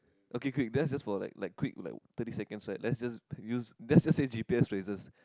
okay quick let's just for like like quick like thirty seconds right let's just use let's just say g_p_s raises